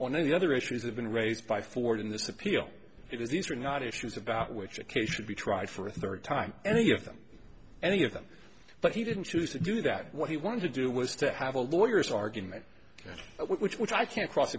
of the other issues have been raised by ford in this appeal because these are not issues about which a case should be tried for a third time any of them any of them but he didn't choose to do that what he wanted to do was to have a lawyers argument which which i can't cross